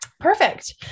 Perfect